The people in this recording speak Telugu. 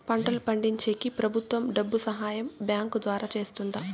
పంటలు పండించేకి ప్రభుత్వం డబ్బు సహాయం బ్యాంకు ద్వారా చేస్తుందా?